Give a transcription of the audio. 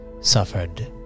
suffered